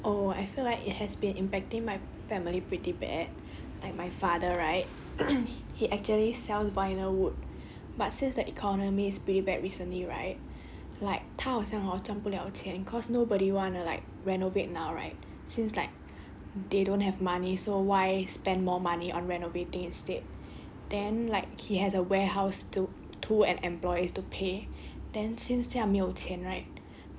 oh I feel like it has been impacting my family pretty bad like my father right he actually sells vinyl wood but since the economy is pretty bad recently right like 他好像好像赚不 liao 钱 cause nobody wanna like renovate now right since like they don't have money so why spend more money on renovating instead then like he has a warehouse too too and employers to pay then since 这样没有钱 right